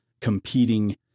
competing